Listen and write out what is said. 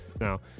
Now